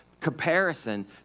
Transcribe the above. Comparison